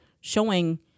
showing